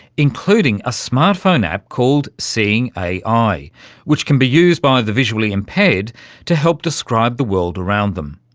including a smartphone app called seeing ai ai which can be used by the visually impaired to help describe the world around them.